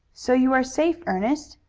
so you are safe, ernest?